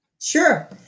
Sure